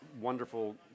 wonderful